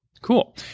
Cool